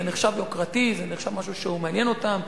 זה נחשב יוקרתי, זה נחשב משהו שמעניין אותם.